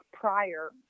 prior